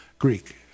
Greek